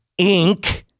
Inc